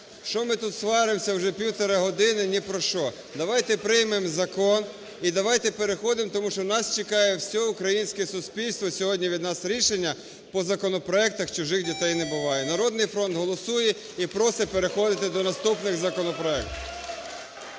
що ми тут сваримося вже півтори години ні про що. Давайте приймемо закон і давайте переходити, тому що нас чекає все українське суспільство сьогодні від нас рішення по законопроектах "чужих дітей не буває". "Народний фронт" голосує і просить переходити до наступних законопроектів.